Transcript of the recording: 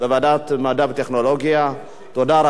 התשע"ב 2012,